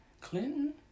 Clinton